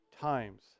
times